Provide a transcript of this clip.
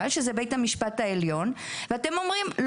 והוא בית המשפט העליון ואתם אומרים,